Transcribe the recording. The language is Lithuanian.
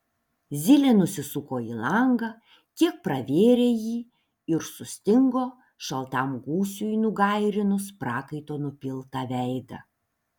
zylė nusisuko į langą kiek pravėrė jį ir sustingo šaltam gūsiui nugairinus prakaito nupiltą veidą